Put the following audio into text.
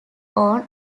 own